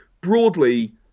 broadly